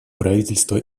правительство